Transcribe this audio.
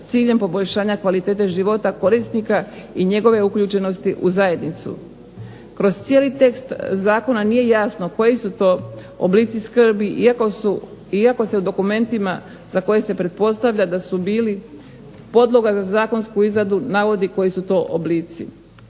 s ciljem poboljšanja kvalitete života korisnika i njegove uključenosti u zajednicu. Kroz cijeli tekst zakona nije jasno koji su to oblici skrbi iako se u dokumentima za koje se pretpostavlja da su bili podloga za zakonsku izradu navodi koji su to oblici.